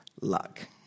luck